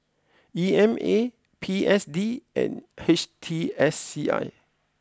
E M A P S D and H T S C I